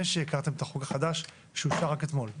שהכרתם את החוק החדש שאושר רק אתמול.